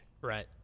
Right